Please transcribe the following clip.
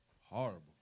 horrible